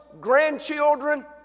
grandchildren